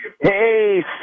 Hey